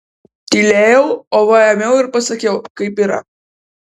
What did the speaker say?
tylėjau o va ėmiau ir pasakiau kaip yra